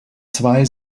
zwei